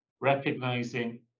recognizing